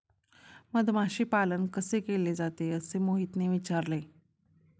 मधमाशी पालन कसे केले जाते? असे मोहितने विचारले